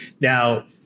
Now